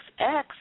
XX